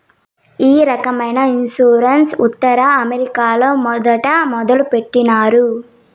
ఈ రకమైన ఇన్సూరెన్స్ ఉత్తర అమెరికాలో మొదట మొదలుపెట్టినారు